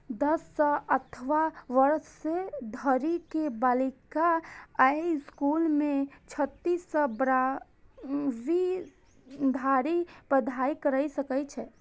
दस सं अठारह वर्ष धरि के बालिका अय स्कूल मे छठी सं बारहवीं धरि पढ़ाइ कैर सकै छै